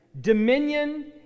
dominion